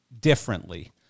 differently